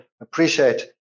appreciate